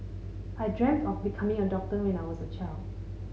I dreamt of becoming a doctor when I was a child